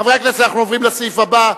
חברי הכנסת, אנחנו עוברים לסעיף הבא.